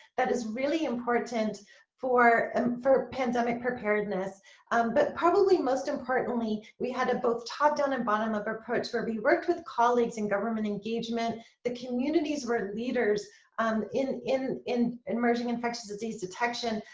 that is really important for and for pandemic preparedness um but probably most importantly, we had a both top down and bottom-up approach where we worked with colleagues in government engagement the communities were leaders um in in in emerging infectious disease detection,